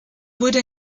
wurde